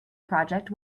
project